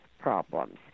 problems